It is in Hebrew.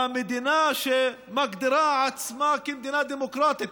במדינה שמגדירה עצמה כמדינה דמוקרטית.